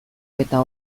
eta